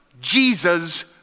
jesus